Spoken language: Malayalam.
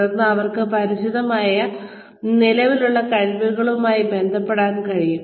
തുടർന്ന് അവർക്ക് പരിചിതമായ നിലവിലുള്ള കഴിവുകളുമായി ബന്ധപ്പെടാൻ കഴിയും